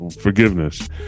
forgiveness